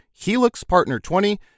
HELIXPARTNER20